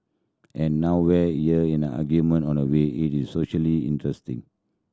and nowhere here in an argument on a why it is interesting